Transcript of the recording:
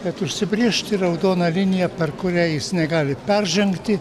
kad užsibrėžti raudoną liniją per kurią jis negali peržengti